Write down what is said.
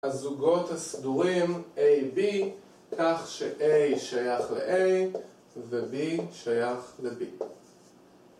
הזוגות הסדורים AB כך ש-A שייך ל-A ו-B שייך ל-B